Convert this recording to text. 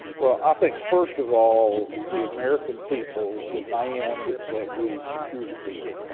well, i think first of all the american people demand that we secure the border.